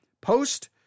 post